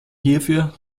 hierfür